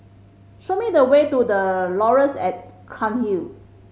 show me the way to The Laurels at Cairnhill